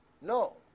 No